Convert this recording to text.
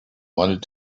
wanted